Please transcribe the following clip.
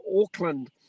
Auckland